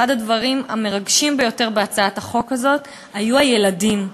אחד הדברים המרגשים ביותר בהצעת החוק הזאת היו הילדים.